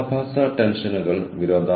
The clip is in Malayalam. അതൊരു അനിവാര്യത ആയിരുന്നില്ല